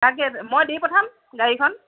তাকে মই দি পঠাম গাড়ীখন